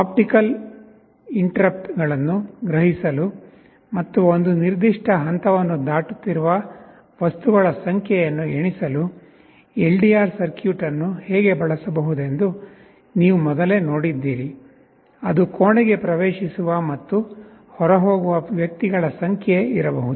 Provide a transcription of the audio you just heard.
optical interrupt ಗಳನ್ನು ಗ್ರಹಿಸಲು ಮತ್ತು ಒಂದು ನಿರ್ದಿಷ್ಟ ಹಂತವನ್ನು ದಾಟುತ್ತಿರುವ ವಸ್ತುಗಳ ಸಂಖ್ಯೆಯನ್ನು ಎಣಿಸಲು ಎಲ್ಡಿಆರ್ ಸರ್ಕ್ಯೂಟ್ ಅನ್ನು ಹೇಗೆ ಬಳಸಬಹುದೆಂದು ನೀವು ಮೊದಲೇ ನೋಡಿದ್ದೀರಿ ಅದು ಕೋಣೆಗೆ ಪ್ರವೇಶಿಸುವ ಮತ್ತು ಹೊರಹೋಗುವ ವ್ಯಕ್ತಿಗಳ ಸಂಖ್ಯೆ ಇರಬಹುದು